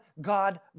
God